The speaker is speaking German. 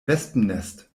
wespennest